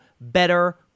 better